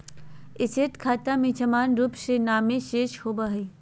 asset खाता में सामान्य रूप से नामे शेष होबय हइ